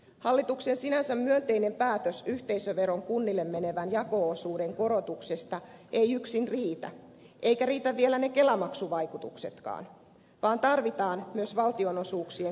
hallituksen sinänsä myönteinen päätös yhteisöveron kunnille menevän jako osuuden korotuksesta ei yksin riitä eivätkä riitä vielä ne kelamaksuvaikutuksetkaan vaan tarvitaan myös valtionosuuksien korottamista